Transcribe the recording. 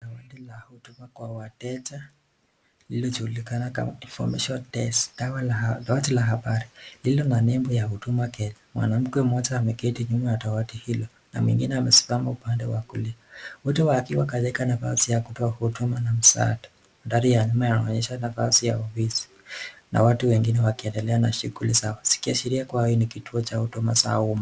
Ni dawati la huduma kwa wateja, lililojulikana kama Information Desk , dawati la habari, lililo na nembo ya Huduma Kenya. Mwanamke mmoja ameketi nyuma ya dawati hilo, na mwingine amesimama upande wa kulia. Wote wakiwa katika mavazi ya kutoa huduma na msaada. Mandhari ya nyuma inaonyesha nafasi ya ofisi, na watu wengine wakiendelea na shughuli zao, zikiashiria kuwa hili ni kituo cha huduma za umma.